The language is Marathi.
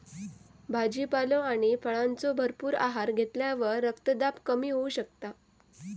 भाजीपालो आणि फळांचो भरपूर आहार घेतल्यावर रक्तदाब कमी होऊ शकता